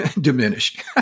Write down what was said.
diminished